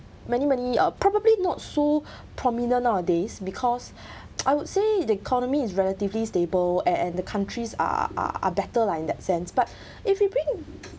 many many uh probably not so prominent nowadays because I would say the economy is relatively stable and and the countries are are better lah in that sense but if you bring